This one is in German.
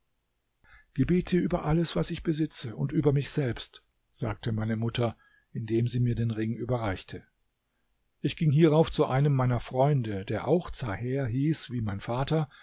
gebiete über alles was ich besitze und über mich selbst sagte meine mutter indem sie mir den ring überreichte ich ging hierauf zu einem meiner freunde der auch zaher hieß wie mein vater